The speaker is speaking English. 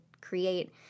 create